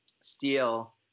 steel